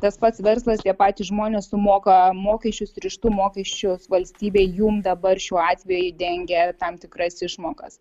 tas pats verslas tie patys žmonės sumoka mokesčius ir iš tų mokesčių valstybė jum dabar šiuo atveju dengia tam tikras išmokas